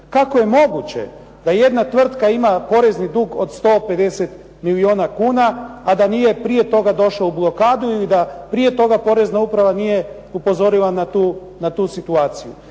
Kako je moguće da jedna tvrtka ima porezni dug od 150 milijuna kuna, a da nije prije toga došla u blokadu ili da prije toga porezna uprava nije upozorila na tu situaciju?